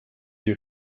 die